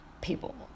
people